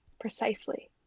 precisely